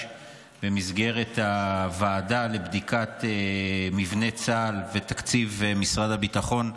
במסגרת הוועדה לבדיקת מבנה צה"ל ותקציב משרד הביטחון,